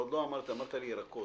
עוד לא אמרת, אמרת לי ירקות.